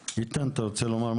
איתן, אתה רוצה לומר משהו?